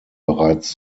bereits